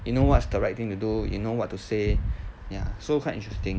you know what's the right thing do you know what to say ya so quite interesting